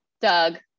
doug